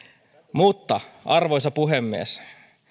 mutta arvoisa puhemies